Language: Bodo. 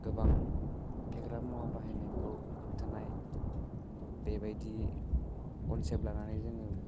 गोबां फेग्रा मुवा बाहायनायखौ होबथानाय बेबायदि कनसेप्त लानानै जोङो